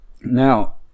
now